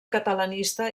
catalanista